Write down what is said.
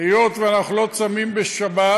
היות שאנחנו לא צמים בשבת,